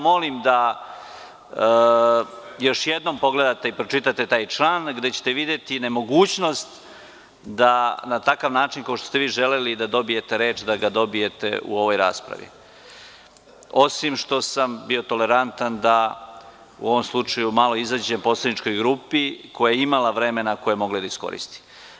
Molim da još jednom pogledate i pročitate taj član, gde ćete videti nemogućnost da na takav način, kao što ste vi želeli da dobijete reč, dobijete u ovoj raspravi, osim što sam bio tolerantan da u ovom slučaju malo izađem poslaničkoj grupi koja je imala vremena koje je mogla da iskoristi.